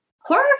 Horror